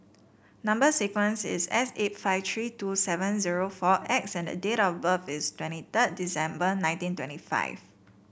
number sequence is S eight five three two seven zero four X and date of birth is twenty third December nineteen twenty five